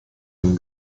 own